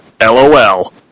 LOL